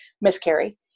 miscarry